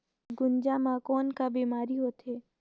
गुनजा मा कौन का बीमारी होथे?